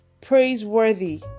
praiseworthy